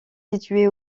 situé